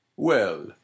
Well